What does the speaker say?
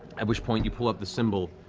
at which point you pull up the symbol,